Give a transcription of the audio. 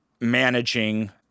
managing